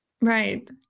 Right